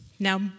Now